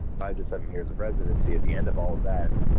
five to seven years of residency at the end of all of that,